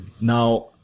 Now